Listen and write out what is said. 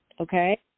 okay